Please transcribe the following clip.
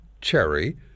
Cherry